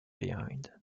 behind